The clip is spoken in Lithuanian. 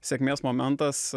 sėkmės momentas